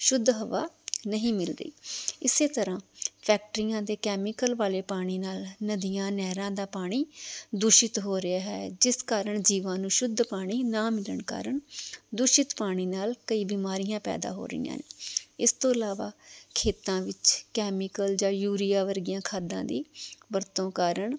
ਸ਼ੁੱਧ ਹਵਾ ਨਹੀਂ ਮਿਲਦੀ ਇਸੇ ਤਰ੍ਹਾਂ ਫੈਕਟਰੀਆਂ ਦੇ ਕੈਮੀਕਲ ਵਾਲੇ ਪਾਣੀ ਨਾਲ ਨਦੀਆਂ ਨਹਿਰਾਂ ਦਾ ਪਾਣੀ ਦੂਸ਼ਿਤ ਹੋ ਰਿਹਾ ਹੈ ਜਿਸ ਕਾਰਨ ਜੀਵਾਂ ਨੂੰ ਸ਼ੁੱਧ ਪਾਣੀ ਨਾ ਮਿਲਣ ਕਾਰਨ ਦੂਸ਼ਿਤ ਪਾਣੀ ਨਾਲ ਕਈ ਬਿਮਾਰੀਆਂ ਪੈਦਾ ਹੋ ਰਹੀਆਂ ਨੇ ਇਸ ਤੋਂ ਇਲਾਵਾ ਖੇਤਾਂ ਵਿੱਚ ਕੈਮੀਕਲ ਜਾਂ ਯੂਰੀਆ ਵਰਗੀਆਂ ਖਾਦਾਂ ਦੀ ਵਰਤੋਂ ਕਾਰਨ